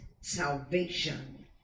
salvation